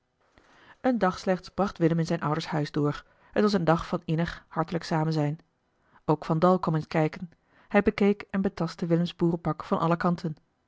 een dag slechts bracht willem in zijn ouders huis door t was een dag van innig hartelijk samenzijn ook van dal kwam eens kijken hij bekeek en betastte willems boerenpak van alle kanten